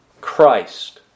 Christ